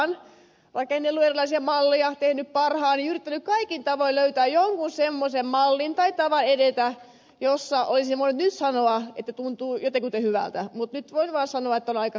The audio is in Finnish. vaikka on ollut erilaisia malleja olen tehnyt parhaani yrittänyt kaikin tavoin löytää jonkin semmoisen mallin tai tavan edetä josta olisi voinut nyt sanoa että tuntuu jotenkuten hyvältä nyt voi vain sanoa että olen aika surullinen